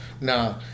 No